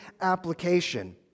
application